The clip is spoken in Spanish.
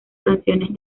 canciones